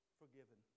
forgiven